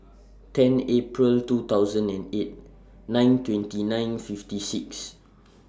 ten April two thousand and eight nine twenty nine fifty six